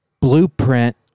blueprint